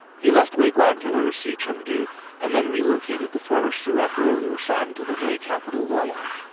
he left wei guan to oversee chengdu and then relocated the former shu emperor liu shan to the wei capital luoyang.